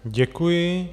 Děkuji.